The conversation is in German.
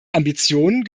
ambitionen